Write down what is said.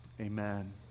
amen